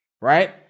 Right